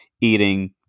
eating